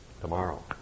tomorrow